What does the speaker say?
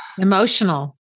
emotional